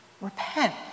Repent